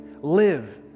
Live